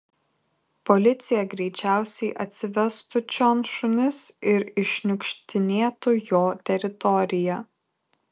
policija greičiausiai atsivestų čion šunis ir iššniukštinėtų jo teritoriją